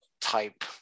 type